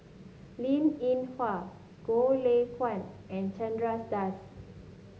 Linn In Hua Goh Lay Kuan and Chandra Das